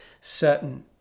certain